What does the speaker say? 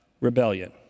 rebellion